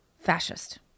Fascist